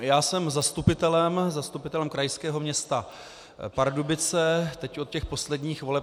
I já jsem zastupitelem, zastupitelem krajského města Pardubice teď od těch posledních voleb.